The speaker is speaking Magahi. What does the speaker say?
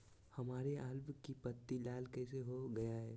हमारे आलू की पत्ती लाल कैसे हो गया है?